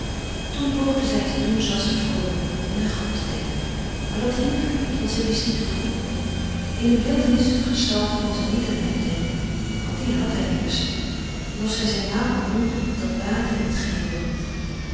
toen poogde zij te doen zooals de vromen doen en aan god te denken maar dat hielp haar niet want zij wist niet hoe in een beeltenis of gestalte kon zij niet aan hem denken want die had hij immers niet en of zij zijn naam al noemde dat baatte in t geheel niet